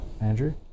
Andrew